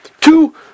two